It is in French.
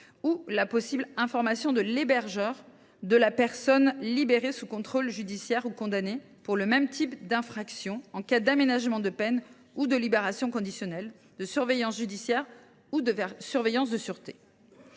que la possible information de l’hébergeur de la personne libérée sous contrôle judiciaire ou condamnée pour le même type d’infractions, en cas d’aménagement de peine ou de libération conditionnelle, de surveillance judiciaire ou de surveillance de sûreté.